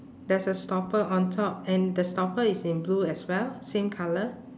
there's a stopper on top and the stopper is in blue as well same colour